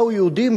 באו יהודים,